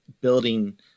building